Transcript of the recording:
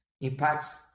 impacts